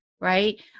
right